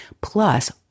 plus